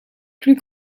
plus